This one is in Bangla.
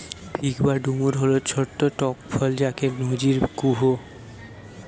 ফিগ বা ডুমুর ফল ছট্ট টক ফল যাকে নজির কুহু